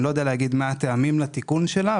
אני לא יודע להגיד מה הטעמים לתיקון שלה,